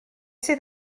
sydd